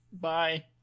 Bye